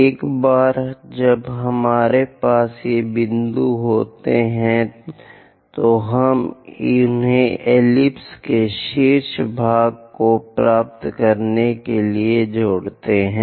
एक बार जब हमारे पास ये बिंदु होते हैं तो हम उन्हें एलिप्स के शीर्ष भाग को प्राप्त करने के लिए जोड़ते हैं